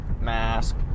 mask